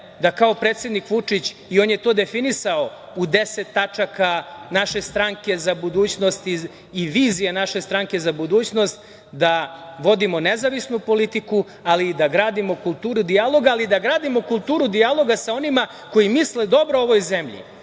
da kao predsednik Vučić i on je to definisao u 10 tačaka naše stranke za budućnost i vizije naše stranke za budućnost da vodimo nezavisnu politiku, ali da gradimo kulturu dijaloga, ali da gradimo kulturu dijaloga sa onima koji misle dobro ovoj zemlji,